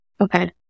Okay